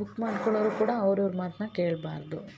book ಮಾಡ್ಕೊಳ್ಳೋರು ಕೂಡ ಅವ್ರ ಇವ್ರ ಮಾತನ್ನ ಕೇಳ್ಬಾರದು